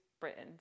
Britain